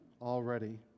already